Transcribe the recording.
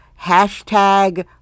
hashtag